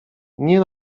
nie